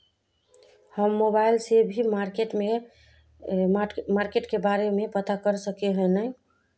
हम मोबाईल से भी मार्केट के बारे में पता कर सके है नय?